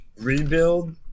rebuild